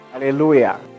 Hallelujah